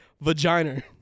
vagina